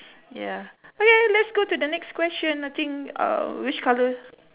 yeah okay let's go to the next question I think uh which colour